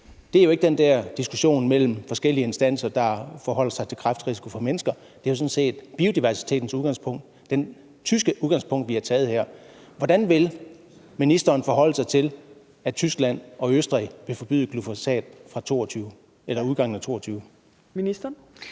Det er jo ikke den der diskussion mellem forskellige instanser, der forholder sig til kræftrisikoen for mennesker – det er jo sådan set med udgangspunkt i biodiversiteten. Det er altså det tyske udgangspunkt, vi har taget her. Hvordan vil ministeren forholde sig til, at Tyskland og Østrig vil forbyde glyfosat fra udgangen af 2022? Kl.